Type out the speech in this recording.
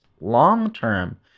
long-term